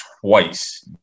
twice